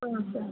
ಹಾಂ ಸರ್